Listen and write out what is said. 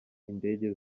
indege